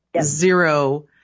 zero